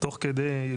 תוך כדי,